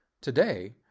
Today